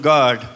God